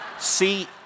See